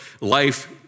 life